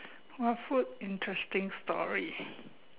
what food interesting story